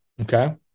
Okay